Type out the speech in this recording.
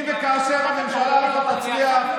אם וכאשר הממשלה הזאת תצליח,